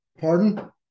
Pardon